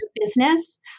business